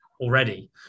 already